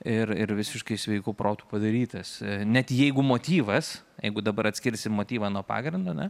ir ir visiškai sveiku protu padarytas net jeigu motyvas jeigu dabar atskirsim motyvą nuo pagrindo ne